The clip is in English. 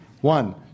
One